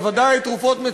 ותרופות.